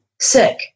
sick